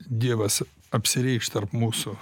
dievas apsireikš tarp mūsų